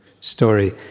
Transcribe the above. story